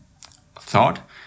thought